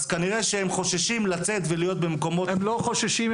אז כנראה שהם חוששים לצאת ולהיות במקומות --- הם לא חוששים.